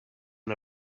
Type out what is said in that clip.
and